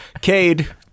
Cade